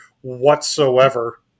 whatsoever